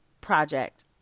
project